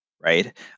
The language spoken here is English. right